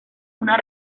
una